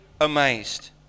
amazed